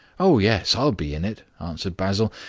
oh, yes, i'll be in it, answered basil,